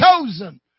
chosen